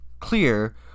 clear